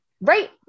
Right